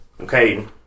Okay